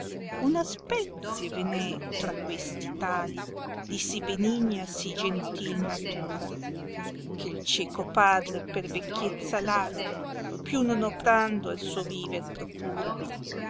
una spezie ve n è tra questi tali di si benigna e si gentil natura che cieco padre per vecchiezza l ali più non oprando al suo viver procura